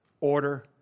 order